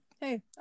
Hey